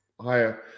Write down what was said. higher